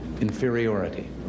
inferiority